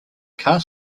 car